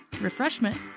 refreshment